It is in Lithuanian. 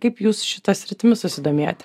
kaip jūs šita sritimi susidomėjote